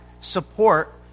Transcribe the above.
support